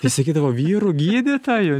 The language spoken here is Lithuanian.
tai sakydavo vyrų gydytoju